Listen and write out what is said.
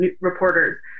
reporters